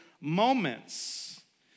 moments